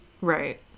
Right